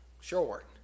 short